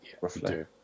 roughly